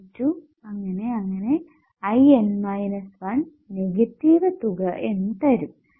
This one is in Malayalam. IN 1 നെഗറ്റീവ് തുക എന്ന് തരും